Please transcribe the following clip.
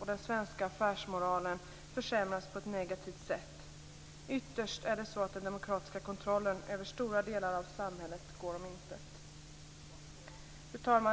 och den svenska affärsmoralen försämras på ett negativt sätt. Ytterst går den demokratiska kontrollen över stora delar av samhället om intet. Fru talman!